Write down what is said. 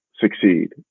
succeed